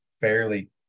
fairly